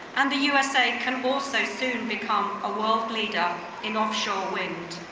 and the usa can also soon become a world leader in offshore wind.